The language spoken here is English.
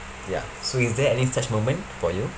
ya so is there any such moment for you